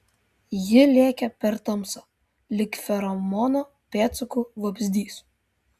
ji lėkė per tamsą lyg feromono pėdsaku vabzdys